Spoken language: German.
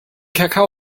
kakao